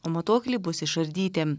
o matuokliai bus išardyti